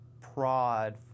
prod